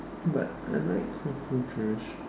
but I like cockroaches